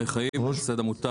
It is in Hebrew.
אין לך שום עניין בתקציבים?